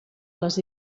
les